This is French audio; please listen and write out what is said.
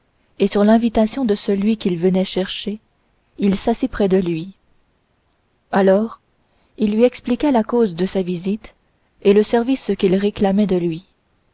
et sur l'invitation de celui qu'il venait chercher il s'assit près de lui alors il lui expliqua la cause de sa visite et le service qu'il réclamait de lui